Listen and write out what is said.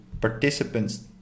participants